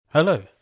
Hello